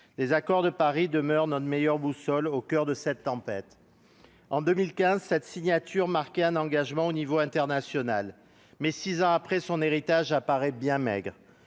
L'accord de Paris demeure notre meilleure boussole au coeur de la tempête. En 2015, sa signature marquait un engagement de niveau international. Six ans après, son héritage apparaît bien maigre.